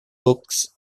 books